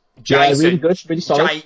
Jason